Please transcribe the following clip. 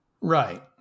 Right